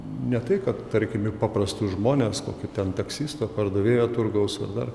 ne tai kad tarkim į paprastus žmones kokį ten taksistą pardavėją turgaus dar